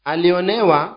Alionewa